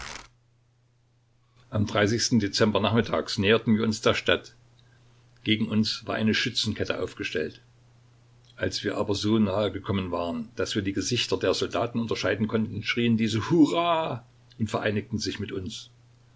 am dezember nachmittags näherten wir uns der stadt gegen uns war eine schützenkette aufgestellt als wir aber so nahe gekommen waren daß wir die gesichter der soldaten unterscheiden konnten schrien diese hurra und vereinigten sich mit uns